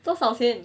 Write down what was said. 多少钱